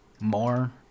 more